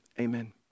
amen